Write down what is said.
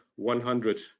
100